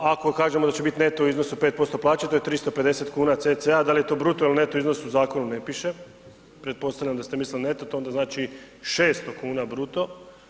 A ako kažemo da će biti neto u iznosu 5% plaće, to je 350 kuna cca., da li je to bruto ili neto iznosu u zakonu ne piše, pretpostavljam da ste mislili neto, to je onda, znači 600 kn bruto.